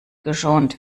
geschont